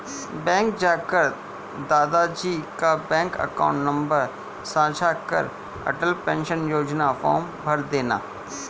bank जाकर दादा जी का बैंक अकाउंट नंबर साझा कर अटल पेंशन योजना फॉर्म भरदेना